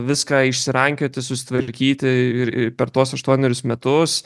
viską išsirankioti susitvarkyti ir ir per tuos aštuonerius metus